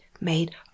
made